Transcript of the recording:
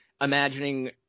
imagining